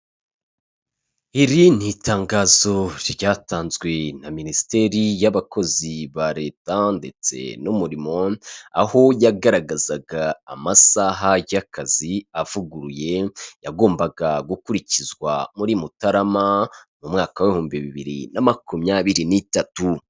Iri ni itangazo ryatanzwe na minisiteri y'abakozi ba leta ndetse n'umurimo aho yagaragazaga amasaha y'akazi avuguruye yagombaga gukurikizwa muri Mutarama mu mwaka w ibiibihumbi bibiri na makumyabiri nitatu .